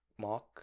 Mark